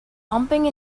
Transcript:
bumping